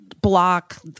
block